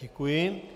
Děkuji.